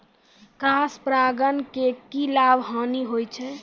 Cross परागण के की लाभ, हानि होय छै?